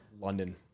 London